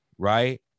Right